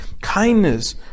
kindness